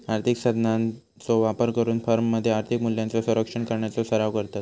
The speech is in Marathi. आर्थिक साधनांचो वापर करून फर्ममध्ये आर्थिक मूल्यांचो संरक्षण करण्याचो सराव करतत